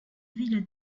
ville